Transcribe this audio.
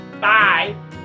Bye